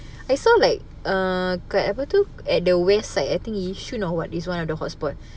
I saw like err kat apa tu at the west side I think yishun or what is one of the hot spot